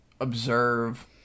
observe